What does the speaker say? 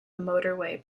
motorway